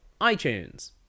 iTunes